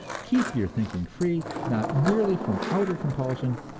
keep your thinking free, not merely from outer compulsions,